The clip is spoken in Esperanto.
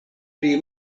pri